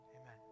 amen